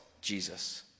Jesus